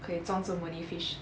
可以装这 many fish